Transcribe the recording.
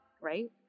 right